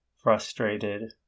frustrated